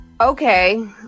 Okay